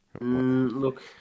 Look